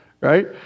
right